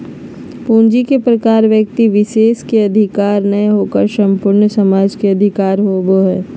पूंजी के प्रकार व्यक्ति विशेष के अधिकार नय होकर संपूर्ण समाज के अधिकार होबो हइ